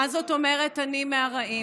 מה זאת אומרת אני מהרעים?